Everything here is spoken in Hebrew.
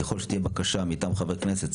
ככל שתהיה בקשה מטעם חבר כנסת,